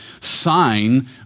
sign